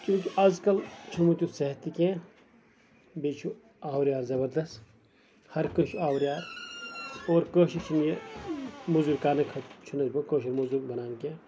چیوں کہِ آز کَل چھُنہٕ وۄنۍ تیُتھ صحت تہِ کیٚنٛہہ بیٚیہِ چھُ آورِیار زَبردست ہر کٲنٛسہِ چھُ آوریار اور کٲشرۍ چھُنہٕ یہِ موٚزوٗرۍ کرنہٕ خٲطرٕ چھُنہٕ یہِ کٲشُر موٚزوٗر بَنان کیٚنٛہہ